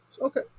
Okay